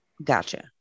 Gotcha